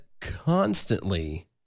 constantly